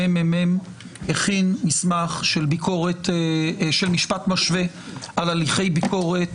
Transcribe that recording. הממ"מ הכין מסמך של משפט משווה על הליכי ביקורת,